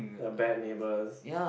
the bad neighbours